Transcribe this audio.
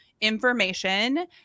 information